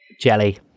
Jelly